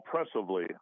oppressively